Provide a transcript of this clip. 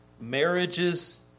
Marriages